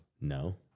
No